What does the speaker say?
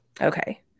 Okay